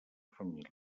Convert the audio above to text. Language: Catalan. família